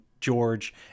George